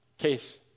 Case